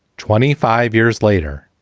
twenty five years later,